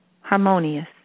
harmonious